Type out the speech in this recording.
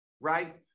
Right